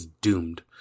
doomed